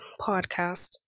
podcast